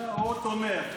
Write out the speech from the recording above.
הוא תומך.